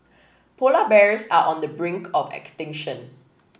polar bears are on the brink of extinction